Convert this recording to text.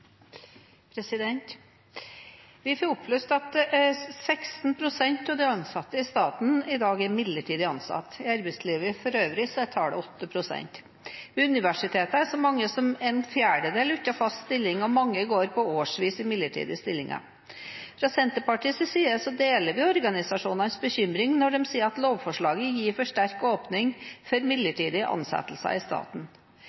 midlertidig ansatt. I arbeidslivet for øvrig er tallet 8 pst. Ved universitetene er så mange som en fjerdedel uten fast stilling, og mange går i årevis i midlertidige stillinger. Fra Senterpartiets side deler vi organisasjonenes bekymring når de sier at lovforslaget gir for sterk åpning for